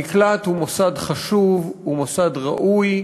המקלט הוא מוסד חשוב, הוא מוסד ראוי,